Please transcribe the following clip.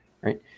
right